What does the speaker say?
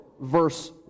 verse